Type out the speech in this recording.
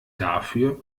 dafür